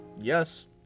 Yes